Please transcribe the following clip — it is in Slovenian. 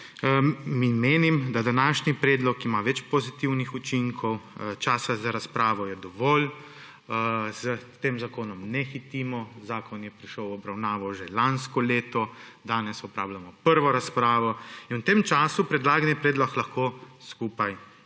menim, da današnji predlog ima več pozitivnih učinkov, časa za razpravo je dovolj, s tem zakonom ne hitimo, zakon je prišel v obravnavo že lansko leto. Danes imamo prvo obravnavo in v tem času predlagani predlog lahko skupaj